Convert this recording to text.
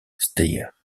steyr